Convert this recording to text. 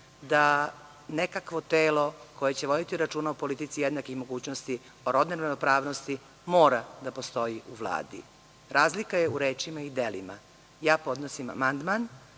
da nekakvo telo koje će voditi računa o politici jednakih mogućnosti, o robnoj ravnopravnosti mora da postoji u Vladi. Razlika je u rečima i u delima. Ja podnosim amandman